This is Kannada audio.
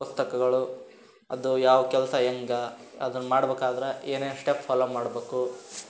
ಪುಸ್ತಕಗಳು ಅದು ಯಾವ ಕೆಲಸ ಹೆಂಗ ಅದನ್ನು ಮಾಡ್ಬೇಕಾದ್ರ ಏನೇನು ಸ್ಟೆಪ್ ಫಾಲೋ ಮಾಡ್ಬೇಕು